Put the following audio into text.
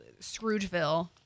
Scroogeville